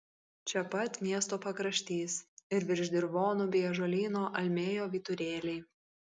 čia pat miesto pakraštys ir virš dirvonų bei ąžuolyno almėjo vyturėliai